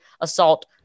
assault